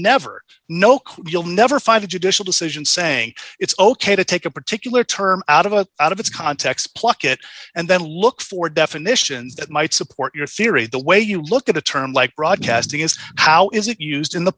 never know you'll never find a judicial decision saying it's ok to take a particular term out of a out of its context pluck it and then look for definitions that might support your theory the way you look at a term like broadcasting is how is it used in the